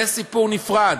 זה סיפור נפרד,